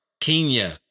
Kenya